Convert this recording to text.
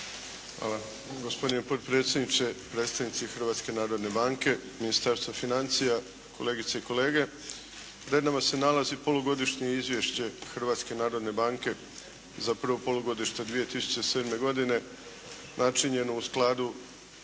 Hvala gospodine potpredsjedniče, predstavnici Hrvatske narodne banke, Ministarstvo financija, kolegice i kolege. Pred nama se nalazi Polugodišnje Izvješće Hrvatske narodne banke za prvo polugodište 2007. godine načinjeno u skladu